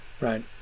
Right